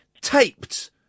taped